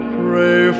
pray